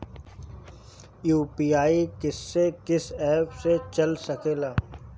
UPI किस्से कीस app से चल सकेला?